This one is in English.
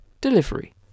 Delivery